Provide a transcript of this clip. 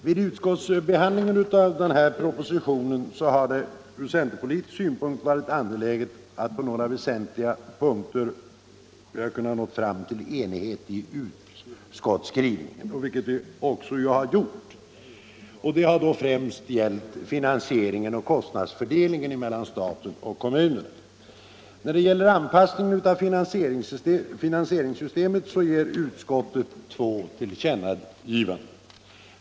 Vid utskottsbehandlingen av propositionen 1975:21 har det ur centerpolitisk synpunkt varit angeläget att på några väsentliga punkter nå fram till enighet i utskottsskrivningen, vilket vi har gjort främst avseende finansieringen och kostnadsfördelningen mellan staten och kommunerna. När det gäller anpassningen av finansieringssystemet gör utskottet två tillkännagivanden.